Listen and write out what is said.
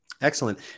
Excellent